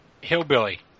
Hillbilly